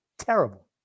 terrible